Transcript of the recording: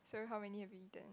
so how many have you eaten